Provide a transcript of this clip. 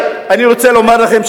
אני רוצה לומר לכם,